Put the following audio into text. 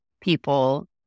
people